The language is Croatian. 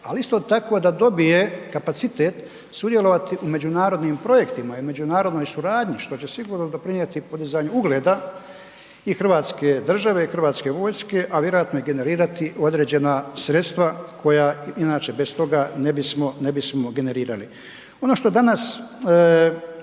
ali isto tako da dobije kapacitet sudjelovati u međunarodnim projektima i u međunarodnoj suradnji, što će sigurno doprinjeti i podizanju ugleda i hrvatske države i HV-a, a vjerojatno i generirati određena sredstva koja inače bez toga ne bismo, ne bismo generirali. Ono što danas